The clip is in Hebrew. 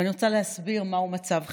ואני רוצה להסביר מהו מצב חירום.